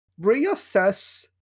reassess